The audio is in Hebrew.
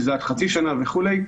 שזה היה עד חצי שנה וכו'.